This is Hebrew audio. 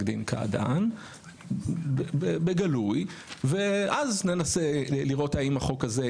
דין קעדאן בגלוי ואז ננסה לראות האם החוק הזה,